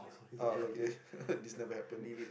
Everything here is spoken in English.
ah okay this never happen